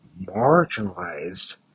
marginalized